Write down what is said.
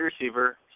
receiver